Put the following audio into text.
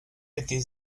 était